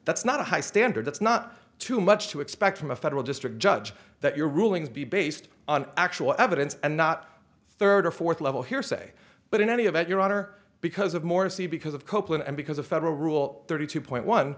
that's not a high standard that's not too much to expect from a federal district judge that your rulings be based on actual evidence and not third or fourth level hearsay but in any event your honor because of morsi because of copeland and because of federal rule thirty two point one